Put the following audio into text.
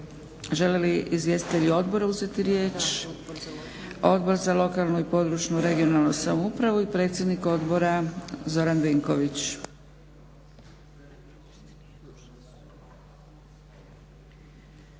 Žele li izvjestitelji odbora uzeti riječ? Odbor za lokalnu, područnu, regionalnu samoupravu i predsjednik odbora Zoran Vinković.